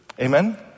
Amen